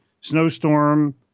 snowstorm